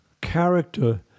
character